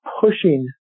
pushing